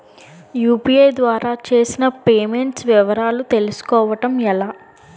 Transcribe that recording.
UPI ద్వారా చేసిన payments వివరాలు తెలుసుకోవటం ఎలా?